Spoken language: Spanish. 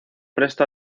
presto